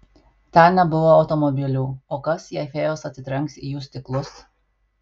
ten nebuvo automobilių o kas jei fėjos atsitrenks į jų stiklus